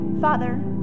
Father